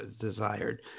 desired